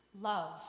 love